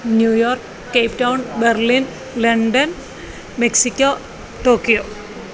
New York Cape Town Berlin London Mexico Tokyo